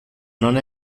non